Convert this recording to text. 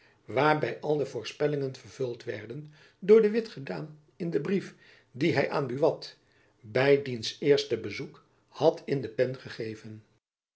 al de voorspellingen vervuld werden door de witt gedaan in den brief dien hy aan buat by diens eerste bezoek had in de pen gegeven